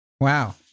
Wow